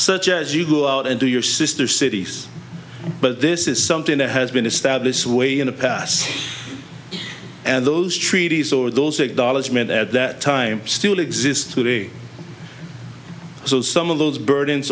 such as you go out and do your sister cities but this is something that has been established way in the past and those treaties or those acknowledgement at that time still exist today so some of those burdens